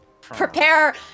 prepare